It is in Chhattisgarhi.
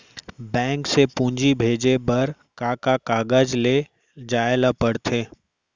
बैंक से पूंजी भेजे बर का का कागज ले जाये ल पड़थे?